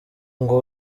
ngo